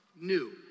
new